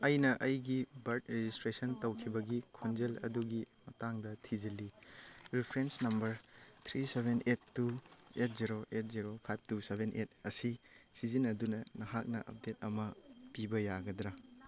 ꯑꯩꯅ ꯑꯩꯒꯤ birth registration ꯇꯧꯈꯤꯕ ꯈꯣꯡꯖꯦꯜ ꯑꯗꯨꯒꯤ ꯃꯇꯥꯡꯗ ꯊꯤꯖꯤꯜꯂꯤ reference number three seven eight two eight zero eight zero five two seven eight ꯑꯁꯤ ꯁꯤꯖꯤꯟꯅꯗꯨꯅ ꯅꯍꯥꯛꯅ ꯑꯞꯗꯦꯠ ꯑꯃ ꯄꯤꯕ ꯌꯥꯒꯗ꯭ꯔꯥ